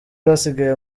basigaye